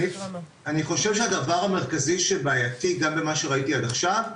אני חושב שהדבר המרכזי שבעייתי גם במה שראיתי עד עכשיו,